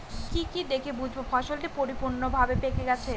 কি কি দেখে বুঝব ফসলটি পরিপূর্ণভাবে পেকে গেছে?